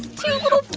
two little